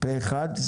פה אחד.